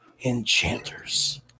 Enchanters